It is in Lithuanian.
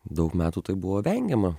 daug metų tai buvo vengiama